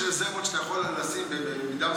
יש רזרבות שאתה יכול לשים במידה מסוימת,